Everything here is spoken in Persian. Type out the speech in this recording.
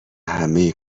همه